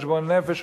לחשבון נפש,